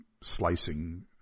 slicing